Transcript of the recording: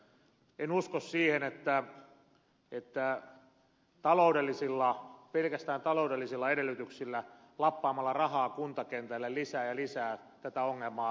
en usko siihen että pelkästään taloudellisilla edellytyksillä lappaamalla rahaa kuntakentälle lisää ja lisää tätä ongelmaa ratkaistaisiin